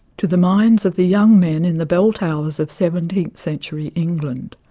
to the minds of the young men in the bell towers of seventeenth century england.